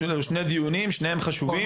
זה שני דיונים, שניהם חשובים